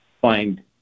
find